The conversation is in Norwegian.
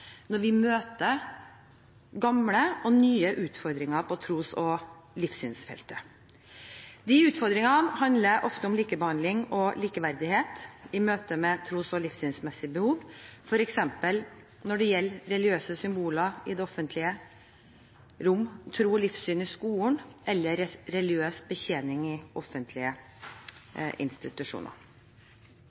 når vi møter gamle og nye utfordringer på tros- og livssynsfeltet. Disse utfordringene handler ofte om likebehandling og likeverdighet i møte med tros- og livssynsmessige behov, f.eks. når det gjelder religiøse symboler i det offentlige rom, tro og livssyn i skolen og religiøs betjening i offentlige institusjoner.